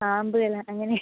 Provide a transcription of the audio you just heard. പാമ്പ് എല്ലാം അങ്ങനെ